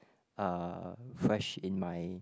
uh fresh in my